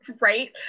Right